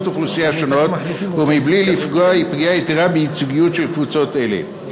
אוכלוסייה שונות ומבלי לפגוע פגיעה יתרה בייצוגיות של קבוצות אלה.